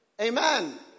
Amen